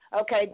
Okay